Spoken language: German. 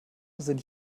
sind